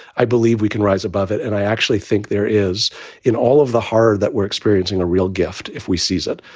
i believe we can rise above it. and i actually think there is in all of the horror that we're experiencing a real gift if we seize it.